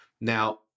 Now